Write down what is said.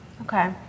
Okay